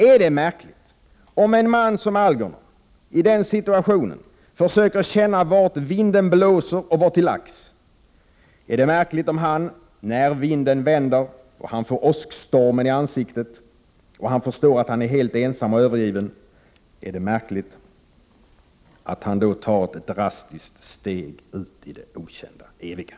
Är det märkligt om en man som Algernon i den situationen försöker känna vart vinden blåser och vara till lags? Är det märkligt om han, när vinden vänder och han får åskstormen i ansiktet och han förstår att han är helt ensam och övergiven, tar ett drastiskt steg ut i det okända eviga?